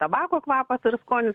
tabako kvapas ir skonis